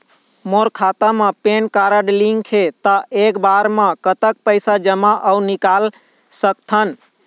मोर खाता मा PAN card link हे ता एक बार मा कतक पैसा जमा अऊ निकाल सकथन?